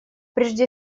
прежде